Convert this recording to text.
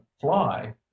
fly